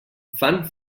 fan